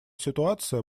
ситуация